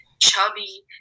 chubby